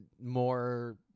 more